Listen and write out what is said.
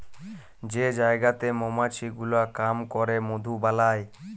যে জায়গাতে মমাছি গুলা কাম ক্যরে মধু বালাই